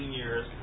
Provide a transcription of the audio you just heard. years